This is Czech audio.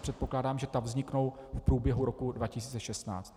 Předpokládám, že ta vzniknou v průběhu roku 2016.